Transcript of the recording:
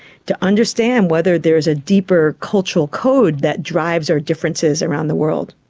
to understand whether there is a deeper cultural code that drives our differences around the world.